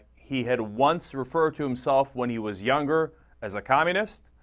he had once referred to himself when he was younger as a communist